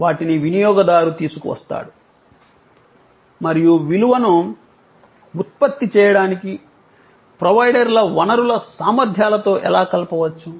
వాటిని వినియోగదారు తీసుకువస్తాడు మరియు విలువను ఉత్పత్తి చేయడానికి ప్రొవైడర్ల వనరుల సామర్థ్యాలతో ఎలా కలపవచ్చు